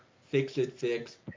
fix-it-fix